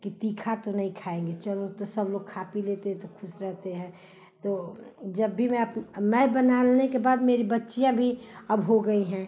कि तीखा तो नहीं खाएँगे चलो तो सब लोग खा पी लेते हैं तो खुश रहते हैं तो जब भी मैं मैं बनाने के बाद मेरी बच्चियाँ भी अब हो गई हैं